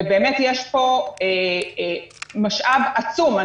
ובאמת יש פה משאב עצום.